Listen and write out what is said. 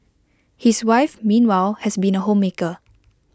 his wife meanwhile has been A homemaker